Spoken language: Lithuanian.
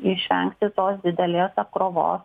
išvengti tos didelės apkrovos